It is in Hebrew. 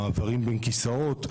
מעברים בין כיסאות,